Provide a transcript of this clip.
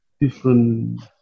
different